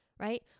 right